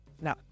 no